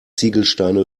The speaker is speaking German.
ziegelsteine